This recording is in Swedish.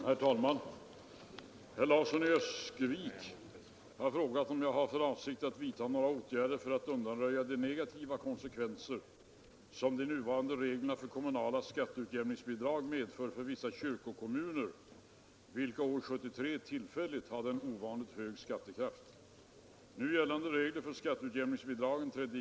Församlingar, pastorat och andra kyrkliga samfälligheter erhåller skatteutjämningsbidrag på grundval av de förhållanden som rådde 1973 justerat med en viss årlig uppräkning. Detta innebär att en del kyrkokommuner som det nämnda året tillfälligt hade ett förhållandevis högt skatteunderlag kan gå miste om betydande bidragsbelopp.